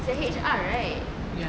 is the H_R right